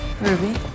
Ruby